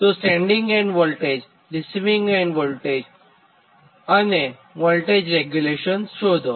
તો sending end voltage receiving end voltage અને voltage regulation શોધો